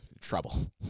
trouble